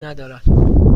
ندارد